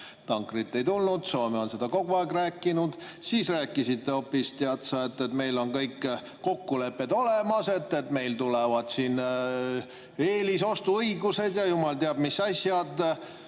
Tankerit ei tulnud, Soome on seda kogu aeg rääkinud. Siis rääkisite hoopis: tead sa, meil on kõik kokkulepped olemas, meil tulevad eelisostuõigused ja jumal teab mis asjad.